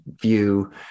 view